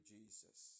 Jesus